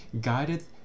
guided